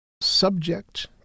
subject